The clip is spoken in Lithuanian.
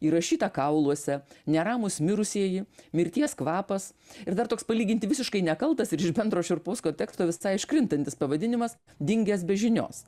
įrašyta kauluose neramūs mirusieji mirties kvapas ir dar toks palyginti visiškai nekaltas ir iš bendro šiurpaus konteksto visai iškrintantis pavadinimas dingęs be žinios